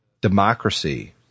democracy